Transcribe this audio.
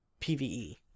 PVE